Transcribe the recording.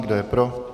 Kdo je pro?